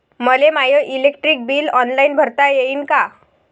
मले my electric bill online भरता येईन का?